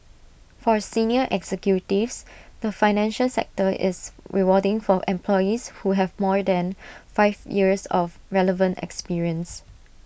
for senior executives the financial sector is rewarding for employees who have more than five years of relevant experience